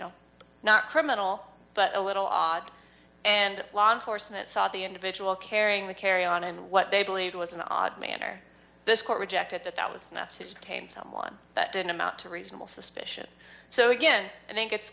know not criminal but a little odd and law enforcement saw the individual carrying the carry on and what they believed was an odd man or this court rejected that that was enough to detain someone that didn't amount to reasonable suspicion so again i think it's